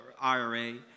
IRA